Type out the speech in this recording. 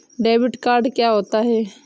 Debit card क्या होता है?